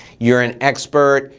you're an expert,